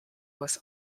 was